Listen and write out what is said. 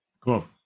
Cool